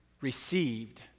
received